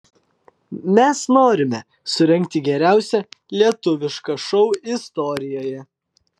mes norime surengti geriausią lietuvišką šou istorijoje